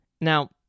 Now